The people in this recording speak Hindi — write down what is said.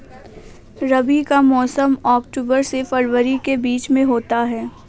रबी का मौसम अक्टूबर से फरवरी के बीच में होता है